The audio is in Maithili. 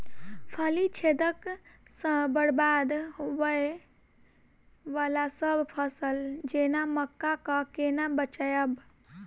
फली छेदक सँ बरबाद होबय वलासभ फसल जेना मक्का कऽ केना बचयब?